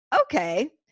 okay